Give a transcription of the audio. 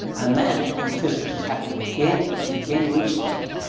and that in physics has happened again and again recently,